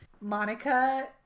Monica